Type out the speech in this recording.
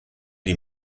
die